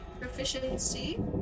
Proficiency